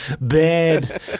bad